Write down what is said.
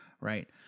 right